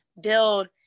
build